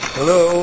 Hello